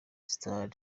star